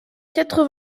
quatre